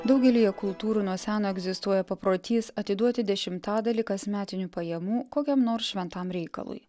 daugelyje kultūrų nuo seno egzistuoja paprotys atiduoti dešimtadalį kasmetinių pajamų kokiam nors šventam reikalui